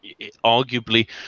arguably